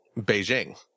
Beijing